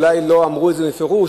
אולי לא אמרו את זה בפירוש,